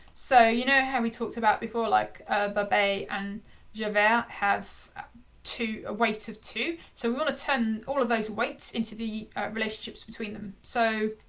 so, you know, how we talked about before like babet and javert have two, a weight of two. so we want to turn all of those weights into the relationships between them. so